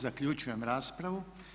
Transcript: Zaključujem raspravu.